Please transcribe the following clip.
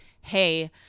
Hey